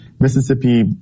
Mississippi